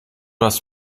hast